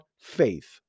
Faith